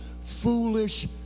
foolish